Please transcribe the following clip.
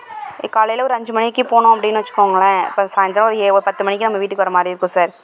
காலையில் ஒரு அஞ்சு மணிக்கு போனோம் அப்படினு வச்சுக்கோங்களேன் அப்புறம் சாயந்தரம் ஒரு ஏ பத்து மணிக்கு நம்ம வீட்டுக்கு வர மாதிரி இருக்கும் சார்